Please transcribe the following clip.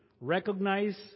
Recognize